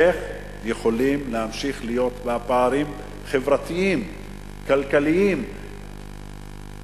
איך יכולים להמשיך להיות בה פערים חברתיים-כלכליים קשים,